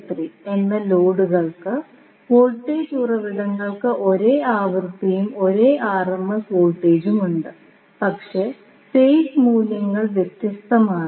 and എന്ന ലോഡുകൾക് voltage ഉറവിടങ്ങൾക്ക് ഒരേ ആവൃത്തിയും ഒരേ ആർഎംഎസ് വോൾട്ടേജും ഉണ്ട് പക്ഷേ ഫേസ് മൂല്യങ്ങൾ വ്യത്യസ്തമാണ്